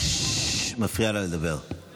זה מפריע לה לדבר.